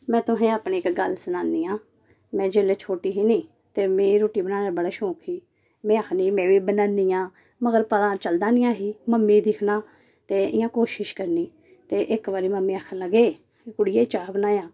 मैं तुहेंगी अपनी इक गल्ल सनान्नी आं में जेल्लै छोटी ही नी ते मिगी रूट्टी बनाने दा बड़ा शौक ही मीं आखनी में बी बनान्नी आं मगर पता चलदा नी ऐ ही मम्मी गी दिक्खना ते इयां कोशिश करनी ते इक बारी मम्मी आखन लगे कुड़िये चाह् बनायां